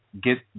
get